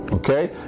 Okay